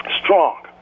strong